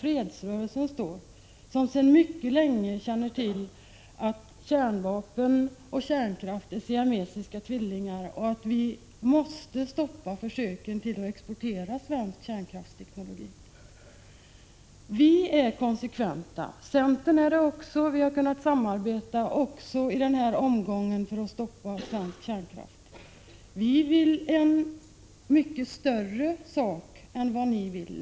Fredsrörelsen känner sedan mycket länge till att kärnvapen och kärnkraft är siamesiska tvillingar och att vi måste stoppa försöken att exportera svensk kärnkraftsteknologi. Vi är konsekventa. Centern är det också. Vi har kunnat samarbeta också i den här omgången för att stoppa svensk kärnkraft. Vi vill någonting större än det ni i folkpartiet vill.